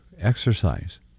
exercise